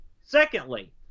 Secondly